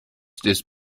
this